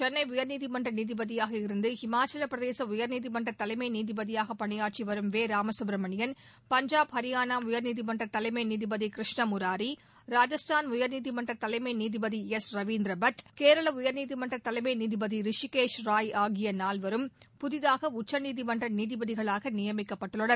சென்னை உயா்நீதிமன்ற நீதிபதியாக இருந்து ஹிமாச்சலபிரதேச உயா்நீதிமன்ற தலைமை நீதிபதியாக பணியாற்றிவரும் வெ ராமகப்பிரமணியன் பஞ்சாப் ஹரியானா உயர்நீதிமன்ற தலைமை நீதிபதி கிருஷ்ண முராரி ராஜஸ்தான் உயர்நீதிமன்ற தலைமை நீதிபதி எஸ் ரவீந்திர பட் கேரள உயர்நீதிமன்ற தலைமை நீதிபதி ரிஷிகேஷ் ராய் ஆகிய நால்வரும் புதிதாக உச்சநீதிமன்ற நீதிபதிகளாக நியமிக்கப்பட்டுள்ளனர்